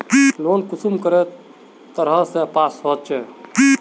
Loan कुंसम करे तरह से पास होचए?